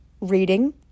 reading